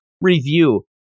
review